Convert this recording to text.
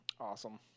Awesome